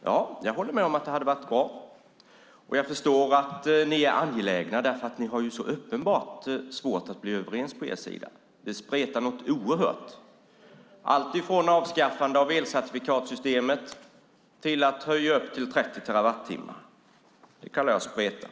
Jag håller med om att det hade varit bra. Jag förstår att ni är angelägna, för ni har så uppenbart svårt att bli överens på er sida. Det spretar något oerhört. Det är allt från avskaffande av elcertifikatssystemet till att höja till 30 terawattimmar. Det kallar jag att spreta.